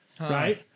Right